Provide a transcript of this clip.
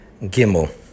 Gimel